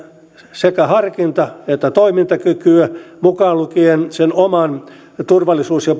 sekä harkinta että toimintakykyä mukaan lukien sen oman turvallisuus ja